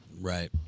Right